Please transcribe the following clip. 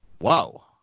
wow